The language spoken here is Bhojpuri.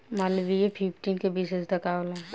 मालवीय फिफ्टीन के विशेषता का होला?